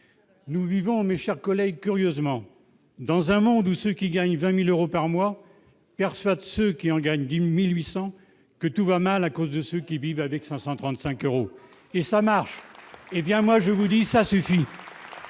nous vivons, mes chers collègues, curieusement, dans un monde où ceux qui gagnent 20000 euros par mois persuade ceux qui en gagne 10800 que tout va mal à cause de ceux qui vivent avec 535 euros et ça marche, hé bien moi je vous dis ça suffit.